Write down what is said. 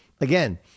again